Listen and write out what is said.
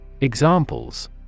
Examples